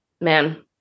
man